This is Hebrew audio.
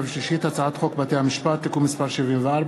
הצעת חוק בתי-המשפט (תיקון מס' 74),